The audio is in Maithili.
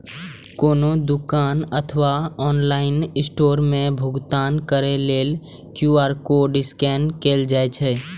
कोनो दुकान अथवा ऑनलाइन स्टोर मे भुगतान करै लेल क्यू.आर कोड स्कैन कैल जाइ छै